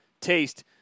taste –